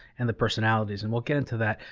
and the personalities, and we'll get into that.